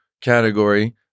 category